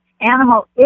animal